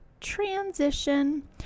Transition